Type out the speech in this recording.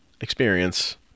experience